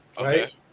right